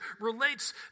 relates